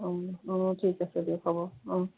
অঁ ঠিক আছে দিয়ক হ'ব অঁ